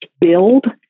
build